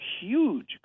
huge